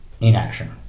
inaction